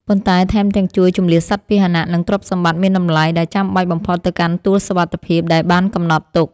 ប៉ុន្តែថែមទាំងជួយជម្លៀសសត្វពាហនៈ និងទ្រព្យសម្បត្តិមានតម្លៃដែលចាំបាច់បំផុតទៅកាន់ទួលសុវត្ថិភាពដែលបានកំណត់ទុក។